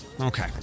Okay